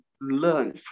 learn